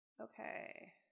Okay